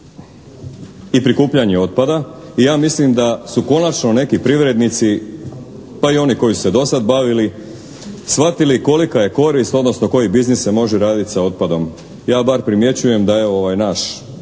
i prikupljanje otpada i ja mislim da su konačno neki privrednici pa i oni koji su se do sad bavili shvatili kolika je korist, odnosno koji biznis se može raditi sa otpadom. Ja barem primjećujem da je evo ovaj naš